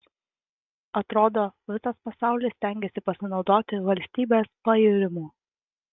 atrodo visas pasaulis stengiasi pasinaudoti valstybės pairimu